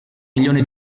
milione